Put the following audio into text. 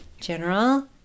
general